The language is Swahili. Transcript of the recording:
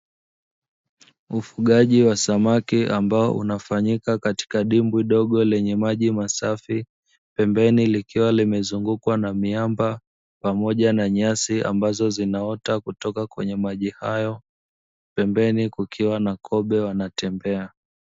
Ufugaji wa samaki ambao unafanyika katika dibwi dogo lenye maji masafi pembeni likiwa limezungukwa na miamba pamoja na nyasi ambazo zinaota kutoka kwenye maji hayo, pembeni kukiwa na kobe wanatembea.